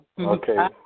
Okay